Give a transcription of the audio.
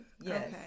Yes